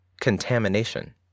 contamination